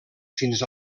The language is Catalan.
fins